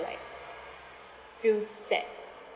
like feel sad